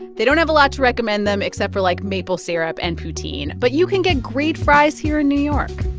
they don't have a lot to recommend them except for, like, maple syrup and poutine, but you can get great fries here in new york